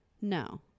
no